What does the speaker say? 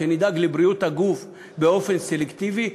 שנדאג לבריאות הגוף באופן סלקטיבי?